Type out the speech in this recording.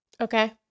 Okay